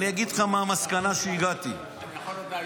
אגיד לך מה המסקנה שהגעתי אליה ------ אני יכול עוד להגיב לו?